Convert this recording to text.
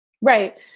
Right